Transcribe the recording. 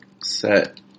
set